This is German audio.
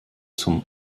zum